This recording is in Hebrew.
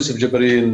(אומר דברים בשפה הערבית להלן התרגום החופשי) אחי ראמז ג'ראיסי,